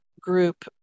group